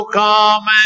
come